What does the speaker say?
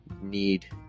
need